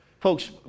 Folks